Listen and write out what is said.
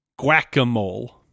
guacamole